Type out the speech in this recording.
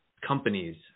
companies